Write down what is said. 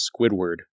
Squidward